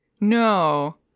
No